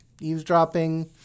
eavesdropping